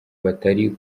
batari